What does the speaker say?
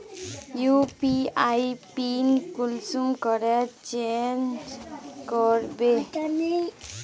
UPI pin कुंसम करे change करबो?